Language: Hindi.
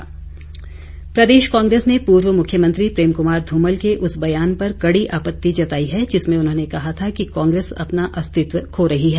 कांग्रेस प्रदेश कांग्रेस ने पूर्व मुख्यमंत्री प्रेम कुमार धूमल के उस बयान पर कड़ी आपत्ति जताई है जिसमें उन्होंने कहा था कि कांग्रेस अपना अस्तित्व खो रही है